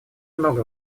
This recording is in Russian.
много